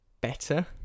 better